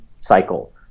cycle